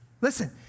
Listen